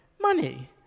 money